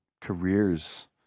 careers